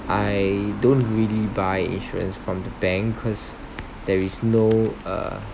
I don't really buy insurance from the bank cause there is no uh